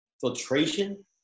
filtration